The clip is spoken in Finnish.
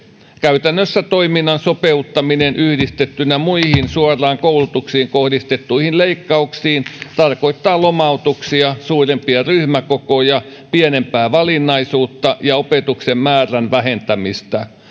käytännössä toiminnan sopeuttaminen yhdistettynä muihin suoraan koulutukseen kohdistettuihin leikkauksiin tarkoittaa lomautuksia suurempia ryhmäkokoja pienempää valinnaisuutta ja opetuksen määrän vähentämistä